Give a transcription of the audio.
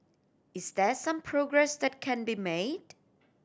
is there some progress that can be made